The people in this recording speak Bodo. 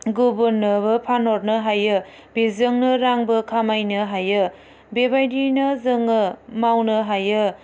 गुबुनोबो फानहरनो हायो बेजोंनो रांबो खामायनो हायो बेबायदियैनो जोङो मावनो हायो